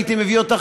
הייתי מביא אותה,